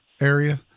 area